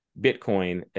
Bitcoin